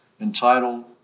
entitled